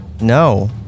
no